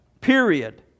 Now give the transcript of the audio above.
Period